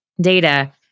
data